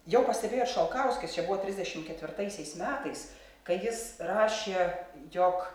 jau pastebėjo šalkauskis čia buvo trisdešim ketvirtaisiais metais kai jis rašė jog